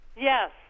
Yes